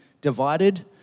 divided